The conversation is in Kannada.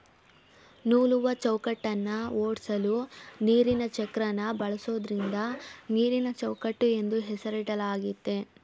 ನೂಲುವಚೌಕಟ್ಟನ್ನ ಓಡ್ಸಲು ನೀರಿನಚಕ್ರನ ಬಳಸೋದ್ರಿಂದ ನೀರಿನಚೌಕಟ್ಟು ಎಂದು ಹೆಸರಿಡಲಾಗಯ್ತೆ